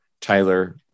Tyler